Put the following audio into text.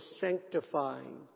sanctifying